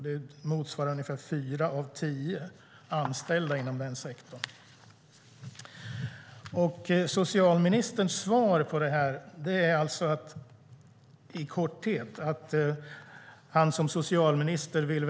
Det motsvarar ungefär fyra av tio anställda inom den sektorn. Socialministern säger i sitt svar att "han som socialminister vill .